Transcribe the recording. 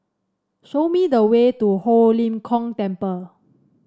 show me the way to Ho Lim Kong Temple